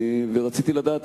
רציתי לדעת,